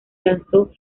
lanzó